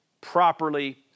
properly